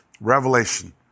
Revelation